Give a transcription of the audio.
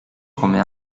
come